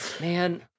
man